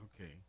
Okay